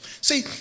See